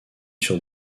sur